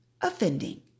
offending